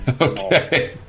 okay